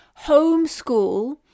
homeschool